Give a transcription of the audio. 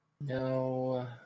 no